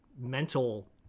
mental